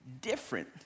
Different